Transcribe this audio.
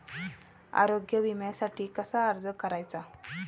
आरोग्य विम्यासाठी कसा अर्ज करायचा?